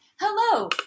Hello